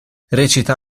recita